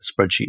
spreadsheet